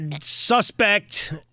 Suspect